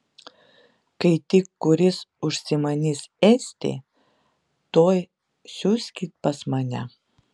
kai tik kuris užsimanys ėsti tuoj siųskit pas mane